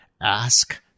Ask